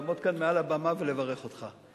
לעמוד פה על הבמה ולברך אותך.